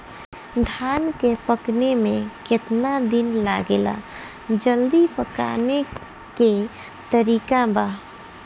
धान के पकने में केतना दिन लागेला जल्दी पकाने के तरीका बा?